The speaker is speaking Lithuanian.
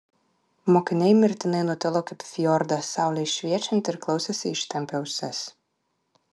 mokiniai mirtinai nutilo kaip fjordas saulei šviečiant ir klausėsi ištempę ausis